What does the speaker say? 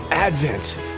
Advent